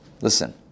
Listen